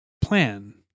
plan